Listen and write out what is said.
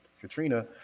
Katrina